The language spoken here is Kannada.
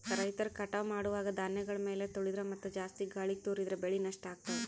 ರೈತರ್ ಕಟಾವ್ ಮಾಡುವಾಗ್ ಧಾನ್ಯಗಳ್ ಮ್ಯಾಲ್ ತುಳಿದ್ರ ಮತ್ತಾ ಜಾಸ್ತಿ ಗಾಳಿಗ್ ತೂರಿದ್ರ ಬೆಳೆ ನಷ್ಟ್ ಆಗ್ತವಾ